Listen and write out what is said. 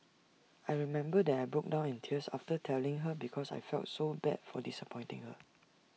I remember that I broke down in tears after telling her because I felt so bad for disappointing her